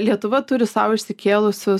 lietuva turi sau išsikėlusius